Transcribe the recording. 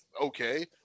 okay